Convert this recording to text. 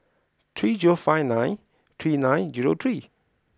three zero five nine three nine zero three